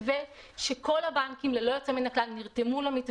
מתווה שכל הבנקים ללא יוצא מן הכלל נרתמו אליו,